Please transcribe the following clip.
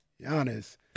Giannis